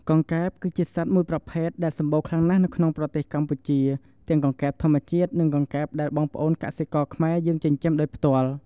កង្កែប គឺជាសត្វមួយប្រភេទដែលសម្បូរខ្លាំងណាស់ក្នុងប្រទេសកម្ពុជា ទាំងកង្កែបធម្មជាតិ និងកង្កែបដែលបងប្អូនកសិករខ្មែរយើងចិញ្ចឹមដោយផ្ទាល់។